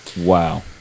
Wow